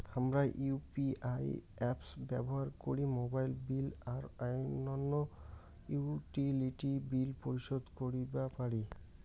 হামরা UPI apps ব্যবহার করি মোবাইল বিল আর অইন্যান্য ইউটিলিটি বিল পরিশোধ করিবা পারি